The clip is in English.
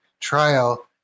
trial